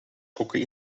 gokken